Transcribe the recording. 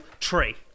tree